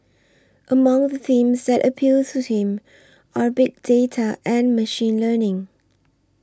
among the themes that appeal to him are big data and machine learning